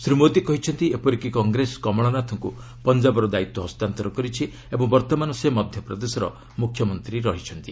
ଶ୍ରୀ ମୋଦି କହିଛନ୍ତି ଏପରିକି କଂଗ୍ରେସ କମଳନାଥଙ୍କୁ ପଞ୍ଜାବର ଦାୟିତ୍ୱ ହସ୍ତାନ୍ତର କରିଛି ଓ ବର୍ତ୍ତମାନ ସେ ମଧ୍ୟପ୍ରଦେଶର ମୁଖ୍ୟମନ୍ତ୍ରୀ ହୋଇଛନ୍ତି